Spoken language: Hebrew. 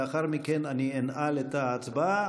לאחר מכן אני אנעל את ההצבעה.